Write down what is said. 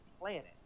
planet